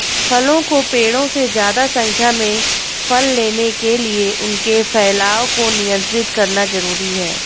फलों के पेड़ों से ज्यादा संख्या में फल लेने के लिए उनके फैलाव को नयन्त्रित करना जरुरी है